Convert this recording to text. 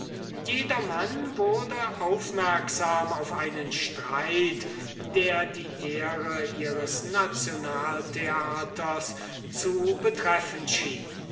jedermann wurde aufmerksam auf einen streit der die ehre ihres nationaltheaters zu betreffen schien